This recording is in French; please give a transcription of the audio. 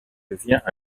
devient